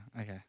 Okay